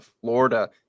Florida